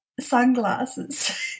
sunglasses